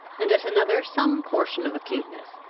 and at another some portion of acuteness,